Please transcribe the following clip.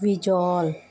visual